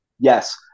Yes